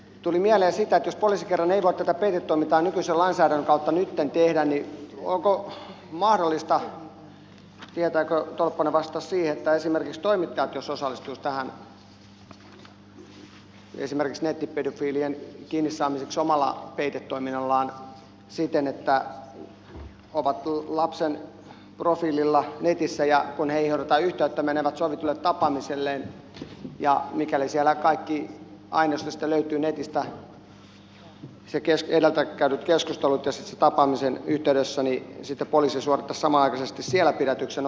tuli mieleen että jos poliisi kerran ei voi tätä peitetoimintaa nykyisen lainsäädännön kautta nytten tehdä niin onko mahdollista tietääkö tolvanen vastausta siihen että jos esimerkiksi toimittajat osallistuisivat tähän nettipedofiilien kiinni saamiseen omalla peitetoiminnallaan siten että ovat lapsen profiililla netissä ja kun heihin otetaan yhteyttä ja he menevät sovitulle tapaamiselleen ja mikäli siellä kaikki aineisto sitten löytyy netistä edeltä käydyt keskustelut ja sitten sen tapaamisen yhteydessä niin sitten poliisi suorittaisi samanaikaisesti siellä pidätyksen